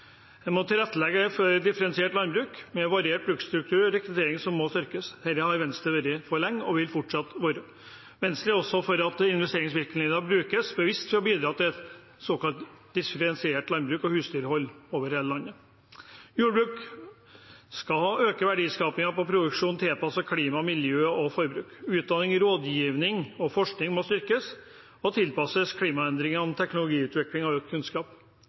En må tilrettelegge for differensiert landbruk med variert bruksstruktur, og rekrutteringen må styrkes. Dette har Venstre vært for lenge, og det vil vi fortsette å være. Venstre er også for at investeringsvirkemidlene brukes bevisst for å bidra til såkalt differensiert landbruk og husdyrhold over hele landet. Jordbruk skal øke verdiskapingen ved produksjon tilpasset klima, miljø og forbruk. Utdanning, rådgivning og forskning må styrkes og tilpasses klimaendringer, teknologiutvikling og økt kunnskap.